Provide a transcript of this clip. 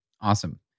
Awesome